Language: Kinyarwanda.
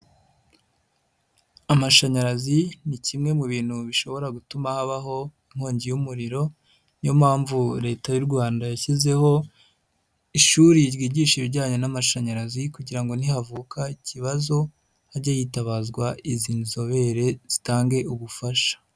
Amashanyarazi ni kimwe mu bintu bishobora gutuma habaho inkongi y'umuriro ni yo mpamvu Leta y'u Lwanda yashyizeho ishuri ryigisha ibijyanye n'amashanyarazi kugira ngo nihavuka ikibazo hajye hitabazwa izi nzobere zitange ubufasha.